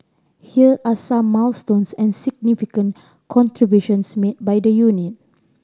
here are some milestones and significant contributions made by the unit